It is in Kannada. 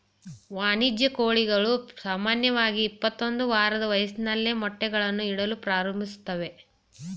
ವಾಣಿಜ್ಯ ಕೋಳಿಗಳು ಸಾಮಾನ್ಯವಾಗಿ ಇಪ್ಪತ್ತೊಂದು ವಾರದ ವಯಸ್ಸಲ್ಲಿ ಮೊಟ್ಟೆಗಳನ್ನು ಇಡಲು ಪ್ರಾರಂಭಿಸ್ತವೆ